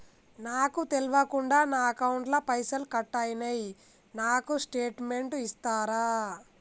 నాకు తెల్వకుండా నా అకౌంట్ ల పైసల్ కట్ అయినై నాకు స్టేటుమెంట్ ఇస్తరా?